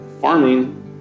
farming